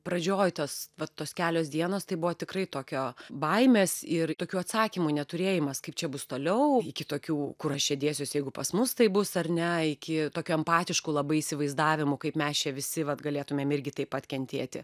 pradžioj tos vat tos kelios dienos tai buvo tikrai tokio baimės ir tokių atsakymų neturėjimas kaip čia bus toliau iki tokių kur aš čia dėsiuos jeigu pas mus taip bus ar ne iki tokių empatiškų labai įsivaizdavimų kaip mes čia visi vat galėtumėm irgi taip pat kentėti